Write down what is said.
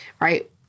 right